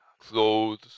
clothes